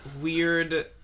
weird